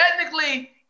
technically